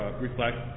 reflect